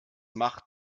mach